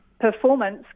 performance